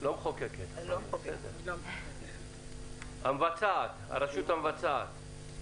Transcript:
לא המחוקקת, נציגת הרשות המבצעת.